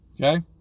Okay